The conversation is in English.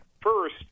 First